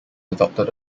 adopted